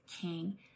King